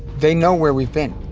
they know where we've been.